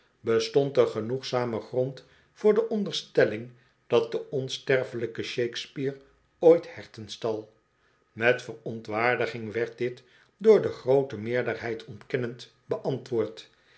bestond er genoegzame grond voor de onderstelling dat de onsterfelijke bhakespeare ooit herten stal met verontwaardiging werd dit door de groote meerderheid ontkennend beantwoord